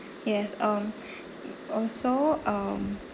yes um also um